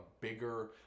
bigger